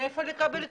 מאיפה לקבל כסף?